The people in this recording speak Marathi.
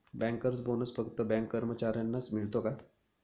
बँकर्स बोनस फक्त बँक कर्मचाऱ्यांनाच मिळतो का?